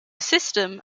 system